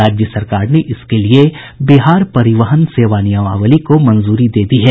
राज्य सरकार ने इसके लिए बिहार परिवहन सेवा नियमावली को मंजूरी दे दी है